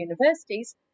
universities